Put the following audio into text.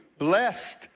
Blessed